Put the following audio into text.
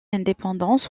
indépendance